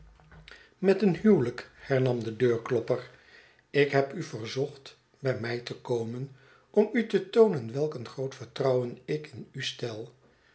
met een huwelijk hernam de deurklopper ik heb u verzocht bij mij te komen om u te toonen welk een groot vertrouwen ik in u stel